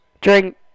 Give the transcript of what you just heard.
Drink